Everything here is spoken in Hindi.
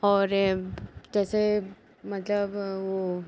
और जैसे मतलब वह